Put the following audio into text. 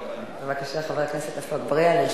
בבקשה, חבר הכנסת עפו אגבאריה.